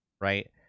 Right